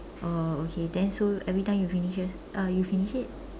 oh okay then so you every time you finishes uh you finish it